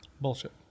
bullshit